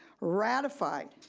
ratified,